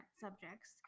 subjects